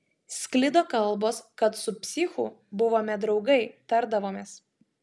sklido kalbos kad su psichu buvome draugai tardavomės